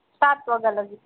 સાત વાગ્યા લગી